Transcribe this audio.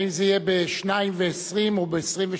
האם זה יהיה בשניים-ועשרים או בעשרים-ושניים.